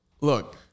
look